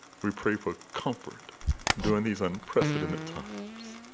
we pray for comfort during these unprecedented times.